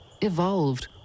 evolved